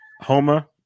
Homa